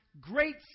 great